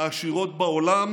העשירות בעולם,